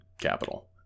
capital